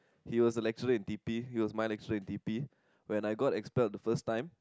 he was a lecturer in D_P he was my lecturer in D_P when I got expert the first time